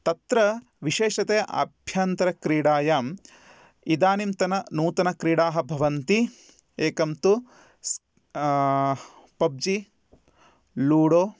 तत्र विशेषतया आभ्यन्तरक्रीडायाम् इदानीन्तननूतनक्रीडाः भवन्ति एकं तु पब्जि लूडो